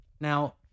Now